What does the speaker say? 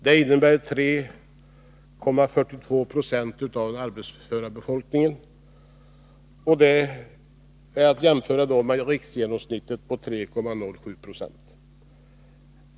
Det innebär 3,42 70 av den arbetsföra befolkningen, vilket är att jämföra med riksgenomsnittet på 3,07 20.